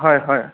হয় হয়